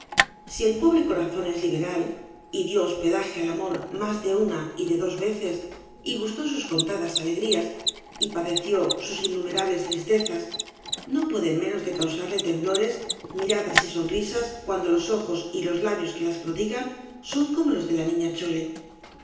si el pobre corazón es liberal y dio hospedaje al amor más de una y de dos veces y gustó sus contadas alegrías g obras de valle inclan sg y padeció sus innumerables tristezas no pueden menos de causarle temblores miradas y sonrisas cuando los ojos y los labios que las prodigan son como los de la niña chole